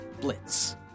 Blitz